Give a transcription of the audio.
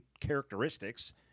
characteristics